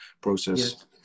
process